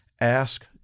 Ask